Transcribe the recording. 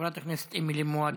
חברת הכנסת אמילי מואטי,